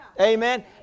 Amen